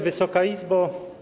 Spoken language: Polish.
Wysoka Izbo!